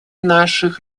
наших